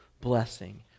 blessing